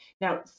Now